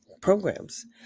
programs